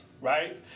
right